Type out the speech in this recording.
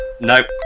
nope